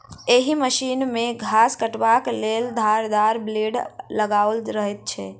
एहि मशीन मे घास काटबाक लेल धारदार ब्लेड लगाओल रहैत छै